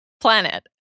planet